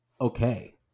Okay